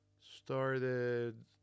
started